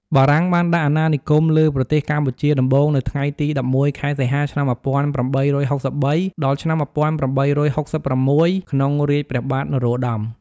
បារាំងបានដាក់អាណានិគមលើ ប្រទេសកម្ពុជាដំបូងនៅថ្ងៃទី១១ ខែសីហា ឆ្នាំ ១៨៦៣ ដល់ឆ្នាំ ១៨៦៦ ក្នុងរាជព្រះបាទ នរោត្តម។